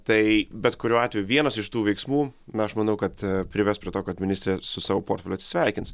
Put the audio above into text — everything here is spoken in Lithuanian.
tai bet kuriuo atveju vienas iš tų veiksmų na aš manau kad prives prie to kad ministrė su savo portfeliu atsisveikins